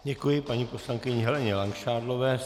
Děkuji paní poslankyni Heleně Langšádlové.